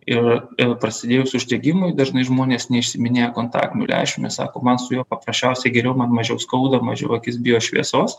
ir ir prasidėjus uždegimui dažnai žmonės neišsiiminėja kontaktinių lęšių nes sako man su juo paprasčiausiai geriau man mažiau skauda mažiau akis bijo šviesos